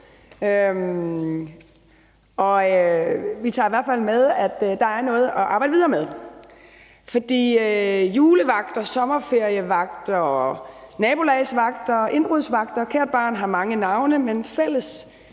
Vi tager i hvert fald med, at der er noget at arbejde videre med. Julevagter, sommerferievagter, nabolagsvagter, indbrudsvagter, kært barn har mange navne – fælles